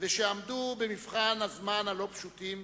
ושעמדו במבחני הזמן הלא-פשוטים